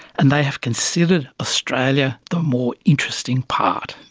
and they have considered australia the more interesting part.